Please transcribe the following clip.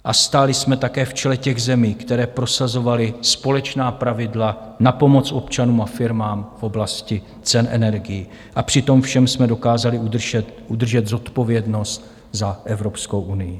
A stáli jsme také v čele těch zemí, které prosazovaly společná pravidla na pomoc občanům a firmám v oblasti cen energií, a při tom všem jsme dokázali udržet zodpovědnost za Evropskou unii.